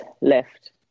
left